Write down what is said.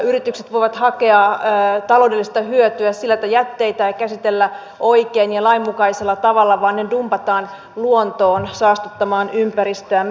yritykset voivat hakea taloudellista hyötyä sillä että jätteitä ei käsitellä oikein ja lainmukaisella tavalla vaan ne dumpataan luontoon saastuttamaan ympäristöämme